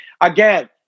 Again